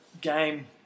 game